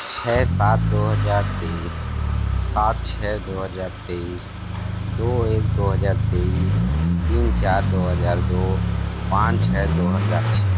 छः सात दो हज़ार तेईस सात छः दो हज़ार तेईस दो एक दो हज़ार तेईस तीन चार दो हज़ार दो पाँच छः दो हज़ार छः